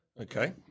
Okay